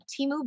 timu